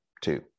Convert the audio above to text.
Two